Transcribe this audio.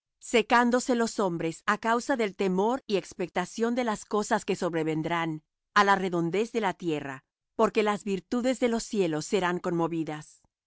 secándose los hombres á causa del temor y expectación de las cosas que sobrevendrán á la redondez de la tierra porque las virtudes de los cielos serán conmovidas